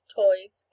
toys